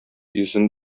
йөзен